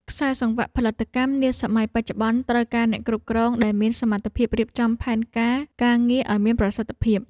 ខ្សែសង្វាក់ផលិតកម្មនាសម័យបច្ចុប្បន្នត្រូវការអ្នកគ្រប់គ្រងដែលមានសមត្ថភាពរៀបចំផែនការការងារឱ្យមានប្រសិទ្ធភាព។